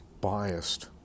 biased